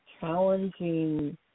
challenging